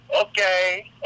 okay